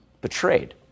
betrayed